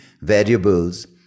variables